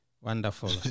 Wonderful